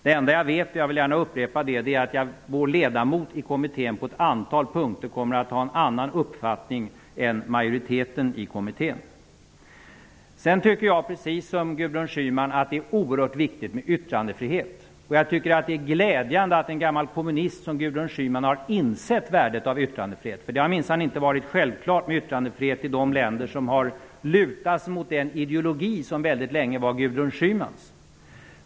Det enda jag vet -- jag upprepar det -- är att Folkpartiets ledamot i kommittén på ett antal punkter kommer att ha en annan uppfattning än majoriteten i kommittén. Precis som Gudrun Schyman tycker jag att det är oerhört viktigt med yttrandefrihet. Jag tycker att det är glädjande att en gammal kommunist som Gudrun Schyman har insett värdet av yttrandefrihet -- det har minsann inte varit självklart med yttrandefrihet i de länder som har lutat sig mot den ideologi som väldigt länge var Gudrun Schymans.